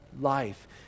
life